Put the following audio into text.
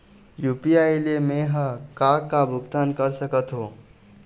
UPI ले मे हर का का भुगतान कर सकत हो?